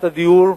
למצוקת הדיור,